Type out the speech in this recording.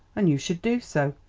and you should do so.